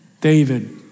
David